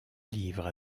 livrent